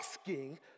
asking